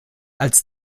als